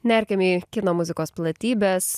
nerkim į kino muzikos platybes